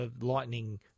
lightning